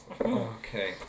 Okay